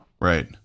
Right